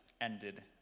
ended